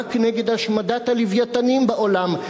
הנאבק נגד השמדת הלווייתנים בעולם.